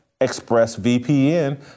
ExpressVPN